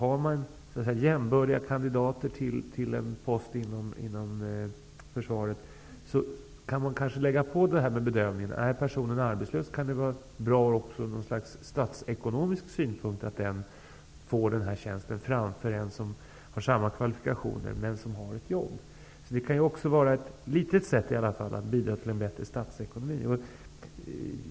Om man har jämbördiga kandidater till en post inom försvaret kan man kanske lägga in sådana här aspekter i bedömningen. Om en person är arbetslös kan det även vara bra ur något slags statsekonomisk synpunkt att den personen får tjänsten framför någon som har samma kvalifikationer men som har ett jobb. Det kan vara ett litet sätt att också bidra till en bättre statsekonomi.